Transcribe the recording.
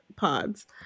pods